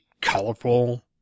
colorful